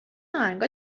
آهنگها